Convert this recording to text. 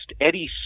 Eddie